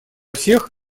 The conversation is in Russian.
всех